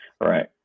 right